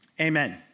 Amen